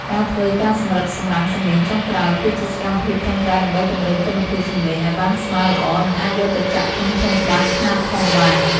ការធ្វើ ការសម្រិតសម្រាំងសំឡេងចុងក្រោយ គឺជាសកម្មភាពចុងក្រោយដើម្បីពង្រឹងគុណភាពសំឡេងឱ្យបានស្មើល្អ និងអាចយកទៅចាក់ក្នុងធុងបាសខ្នាតធំបាន។